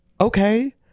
okay